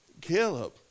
Caleb